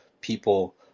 people